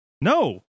No